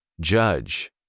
Judge